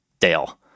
Dale